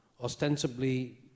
ostensibly